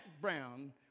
Brown